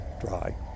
dry